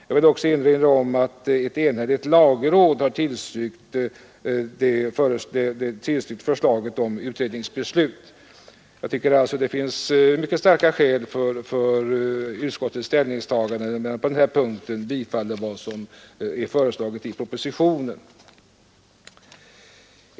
Jag vill erinra om att ett enhälligt lagråd har tillstyrkt förslaget om utredningsbeslut. Jag anser alltså att mycket starka skäl finns för utskottets ställningstagande på denna punkt, när utskottet tillstyrker vad som är föreslaget i propositionen.